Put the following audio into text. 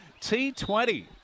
T20